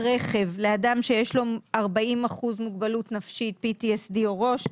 רכב לאדם שיש לו 40% מוגבלות נפשית PTSD או ראש,